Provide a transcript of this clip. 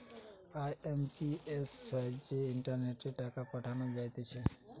IMPS সাহায্যে ইন্টারনেটে টাকা পাঠানো যাইতেছে